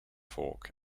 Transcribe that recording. fork